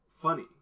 funny